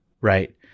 right